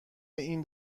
این